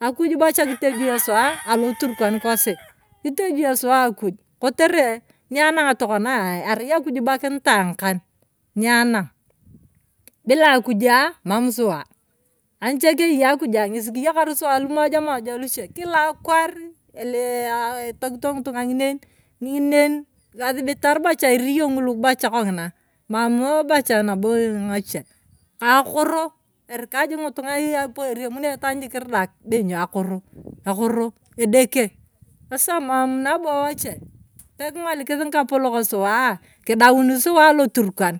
akuj bocha kitogio suwa aloturkan kosi. kitojia suwa akuj kotere nianana bila akuja kimam suwa anicha keyei akuja ng'esi kiyakar suwa iu moja moja moja luche kila akwaar eelii etokito ng'itu ng'a ng'inen. ng'inen losibitan bocha iriyo ngulu bocha kong'ina mam bocha nabo ng'achie ka akoro erika jik ngitung'a epuenyurio jik itaan kiridak be ny'o akoro. edeke sasa mam nabo wachie peking'olikii ng'ikapolok suwa kidaang suwa aloturkan.